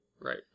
Right